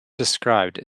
described